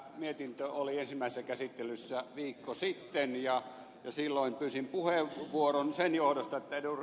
tämä mietintö oli ensimmäisessä käsittelyssä viikko sitten ja silloin pyysin puheenvuoron sen johdosta että ed